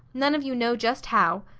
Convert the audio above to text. none of you know just how.